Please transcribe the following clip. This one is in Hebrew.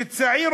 כשצעיר,